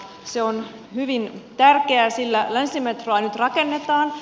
se on hyvin tärkeää sillä länsimetroa nyt rakennetaan